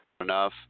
enough